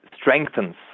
strengthens